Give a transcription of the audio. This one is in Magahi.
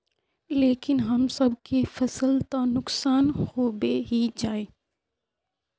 लेकिन हम सब के फ़सल तो नुकसान होबे ही जाय?